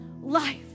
life